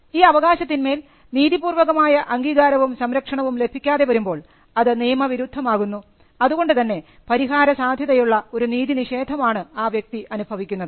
ഈ അവകാശത്തിന്മേൽ നീതിപൂർവകമായ അംഗീകാരവും സംരക്ഷണവും ലഭിക്കാതെ വരുമ്പോൾ അത് നിയമവിരുദ്ധമാകുന്നു അതുകൊണ്ടുതന്നെ പരിഹാര സാധ്യതയുള്ള ഒരു നീതിനിഷേധമാണ് ആ വ്യക്തി അനുഭവിക്കുന്നത്